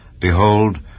behold